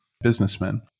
businessmen